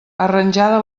arranjada